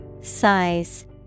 Size